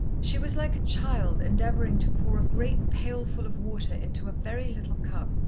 she was like a child endeavouring to pour a great pailful of water into a very little cup.